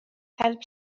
help